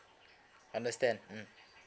understand mm